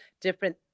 different